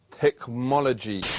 Technology